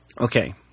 Okay